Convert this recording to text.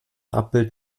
abbild